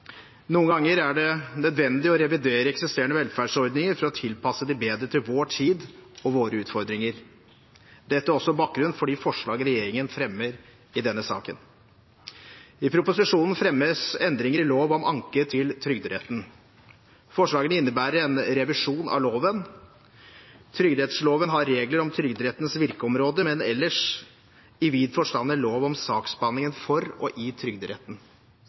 Noen ganger er det nødvendig å revidere eksisterende velferdsordninger for å tilpasse dem bedre til vår tid og våre utfordringer. Dette er også bakgrunnen for de forslag regjeringen fremmer i denne saken. I proposisjonen fremmes endringer i lov om anke til Trygderetten. Forslagene innebærer en revisjon av loven. Trygderettsloven har regler om Trygderettens virkeområder, men er ellers i vid forstand en lov om saksbehandlingen for og i Trygderetten.